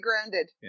grounded